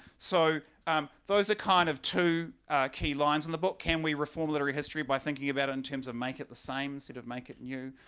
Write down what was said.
so um those are kind of two key lines in the book can we reform literary history by thinking about it in terms of make it the same, sort of make it new?